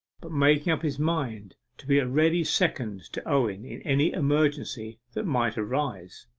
but making up his mind to be a ready second to owen in any emergency that might arise.